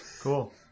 Cool